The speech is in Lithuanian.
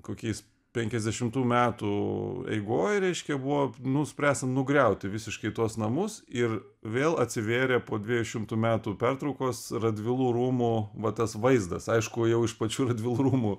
kokiais penkiasdešimtų metų eigoj reiškia buvo nuspręsta nugriauti visiškai tuos namus ir vėl atsivėrė po dviejų šimtų metų pertraukos radvilų rūmų va tas vaizdas aišku jau iš pačių radvilų rūmų